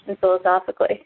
philosophically